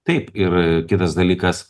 taip ir kitas dalykas